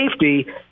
safety